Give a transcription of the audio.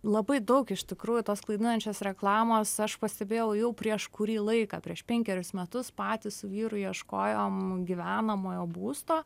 labai daug iš tikrųjų tos klaidinančios reklamos aš pastebėjau jau prieš kurį laiką prieš penkerius metus patys su vyru ieškojom gyvenamojo būsto